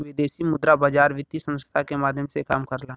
विदेशी मुद्रा बाजार वित्तीय संस्थान के माध्यम से काम करला